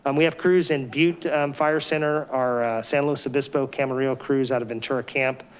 and we have crews in butte fire center, our san louis obispo camarillo crews out of ventura camp,